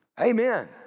amen